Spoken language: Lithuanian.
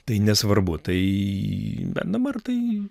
tai nesvarbu tai bet dabar tai